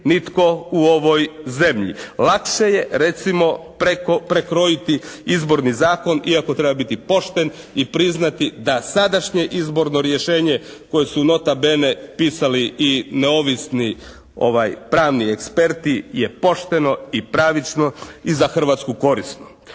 nitko u ovoj zemlji. Lakše je prekrojiti izborni zakon iako treba biti pošten i priznati da sadašnje izborno rješenje koje su «nota bene» pisali i neovisni pravni eksperti je pošteno i pravično i za Hrvatsku korisno.